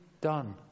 done